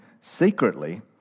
secretly